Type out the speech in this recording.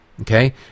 Okay